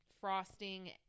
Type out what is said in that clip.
frosting